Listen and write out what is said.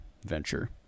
venture